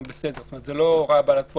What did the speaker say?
לא קיבלנו תלונות שזה לא עובד.